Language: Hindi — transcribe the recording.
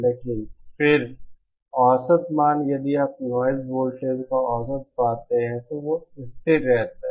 लेकिन फिर औसत मान यदि आप नॉइज़ वोल्टेज का औसत पाते हैं तो वह स्थिर रहता है